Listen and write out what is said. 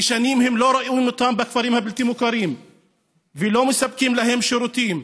כי שנים הם לא רואים אותם בכפרים הבלתי-מוכרים ולא מספקים להם שירותים,